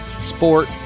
sport